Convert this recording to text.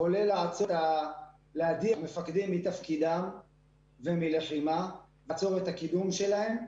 כולל להדיח מפקדים מתפקידם ומלחימה ולעצור את הקידום שלהם.